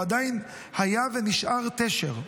הוא עדיין היה ונשאר תשר.